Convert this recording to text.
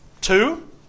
Two